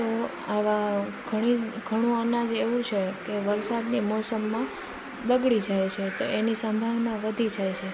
તો આવા ઘણું અનાજ એવું છે કે વરસાદની મોસમમાં બગડી જાય છે તો એની સંભાવના વધી જાય છે